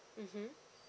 mmhmm